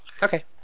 Okay